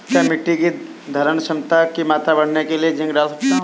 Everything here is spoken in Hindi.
क्या मिट्टी की धरण की मात्रा बढ़ाने के लिए जिंक डाल सकता हूँ?